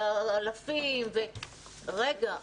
ואלפים - רגע,